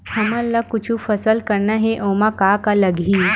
हमन ला कुछु फसल करना हे ओमा का का लगही?